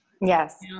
Yes